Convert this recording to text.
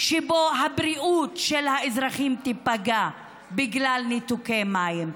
שבו הבריאות של האזרחים תיפגע בגלל ניתוקי מים.